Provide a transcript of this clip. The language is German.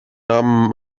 namen